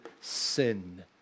sin